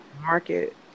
market